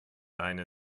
eine